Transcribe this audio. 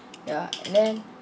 ya and then